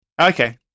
Okay